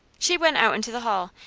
she went out into the hall,